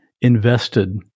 invested